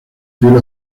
piel